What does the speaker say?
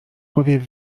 powiew